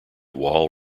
wall